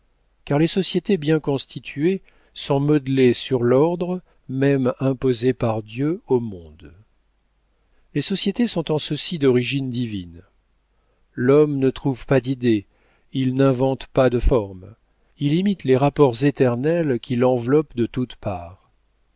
car les sociétés bien constituées sont modelées sur l'ordre même imposé par dieu aux mondes les sociétés sont en ceci d'origine divine l'homme ne trouve pas d'idées il n'invente pas de formes il imite les rapports éternels qui l'enveloppent de toutes parts